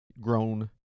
Grown